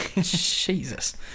jesus